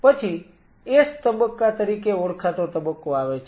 પછી S તબક્કા તરીકે ઓળખાતો તબક્કો આવે છે